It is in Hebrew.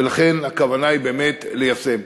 ולכן הכוונה היא באמת ליישם.